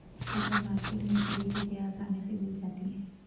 supermarket में सभी चीज़ें आसानी से मिल जाती है